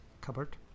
cupboard